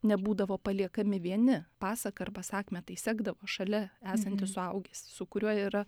nebūdavo paliekami vieni pasaką arba sakmę tai sekdavo šalia esantis suaugęs su kuriuo yra